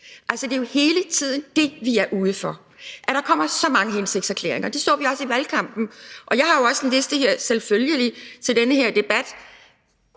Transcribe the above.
Altså, det er jo hele tiden det, vi er ude for: at der kommer så mange hensigtserklæringer. Og det så vi også i valgkampen, og jeg har jo også lyttet til den her debat,